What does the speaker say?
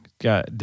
got